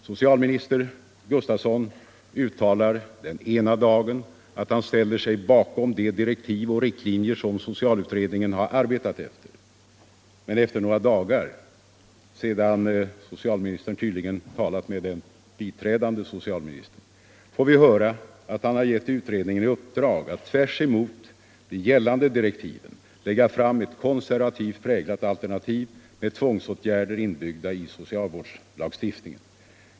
Socialminister Gustavsson uttalar den ena dagen att han ställer sig bakom de direktiv och riktlinjer som socialutredningen har arbetat efter. Men efter några dagar — sedan socialministern tydligen talat med den biträdande socialministern — får vi höra att han gett utredningen i uppdrag att tvärtemot de gällande direktiven lägga fram ett konservativt präglat alternativ med tvångsåtgärder inbyggda i socialvårdslagstiftningen.